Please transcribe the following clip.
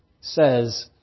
says